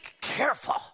careful